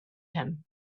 him